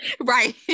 right